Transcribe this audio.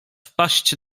wpaść